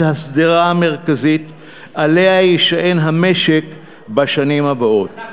השדרה המרכזית שעליה יישען המשק בשנים הבאות.